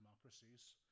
democracies